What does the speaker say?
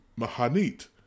Mahanit